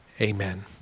amen